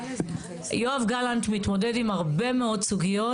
יואב גלנט מתמודד עם הרבה מאוד סוגיות